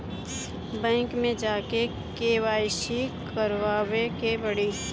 Bank मे जा के के.वाइ.सी करबाबे के पड़ी?